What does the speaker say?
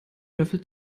löffel